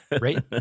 right